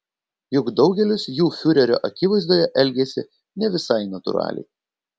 juk daugelis jų fiurerio akivaizdoje elgiasi ne visai natūraliai